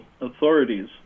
authorities